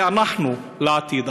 זה אנחנו בעתיד,